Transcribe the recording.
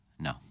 No